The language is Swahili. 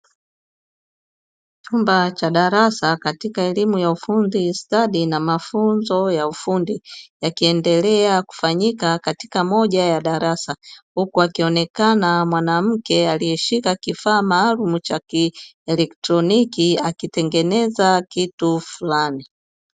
Chumba cha darasa katika elimu ya ufundi stadi na mafunzo ya ufundi, yakiendelea kufanyika katika moja ya darasa, huku akionekana mwanamke aliyeshika kifaa maalumu ya kielektroniki akitengeneza kitu fulani.